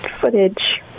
Footage